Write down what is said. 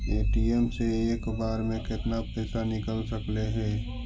ATM से एक बार मे केतना पैसा निकल सकले हे?